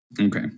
Okay